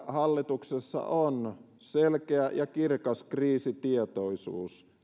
hallituksessa on selkeä ja kirkas kriisitietoisuus